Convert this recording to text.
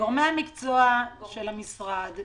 גורמי המקצוע של המשרד,